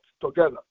together